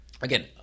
again